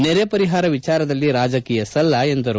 ನೆರೆ ಪರಿಹಾರ ವಿಚಾರದಲ್ಲಿ ರಾಜಕೀಯ ಸಲ್ಲ ಎಂದರು